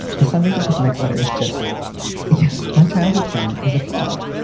the subject of this next letter is just yeah my childhood friend is a fraud,